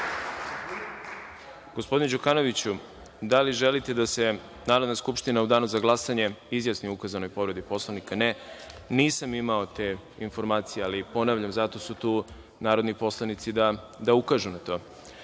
Gospodine Đukanoviću, da li želite da se Narodna skupština u danu za glasanje izjasni o ukazanoj povredi Poslovnika? (Ne.)Nisam imao te informacije, ali ponavljam, zato su tu narodni poslanici da ukažu na to. Reč